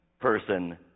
person